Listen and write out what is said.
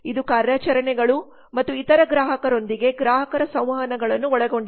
ಇದು ಕಾರ್ಯಾಚರಣೆಗಳು ಮತ್ತು ಇತರ ಗ್ರಾಹಕರೊಂದಿಗೆ ಗ್ರಾಹಕರ ಸಂವಹನಗಳನ್ನು ಒಳಗೊಂಡಿದೆ